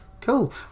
cool